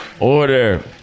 Order